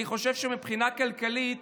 אני חושב שמבחינה כלכלית